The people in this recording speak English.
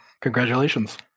Congratulations